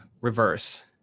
reverse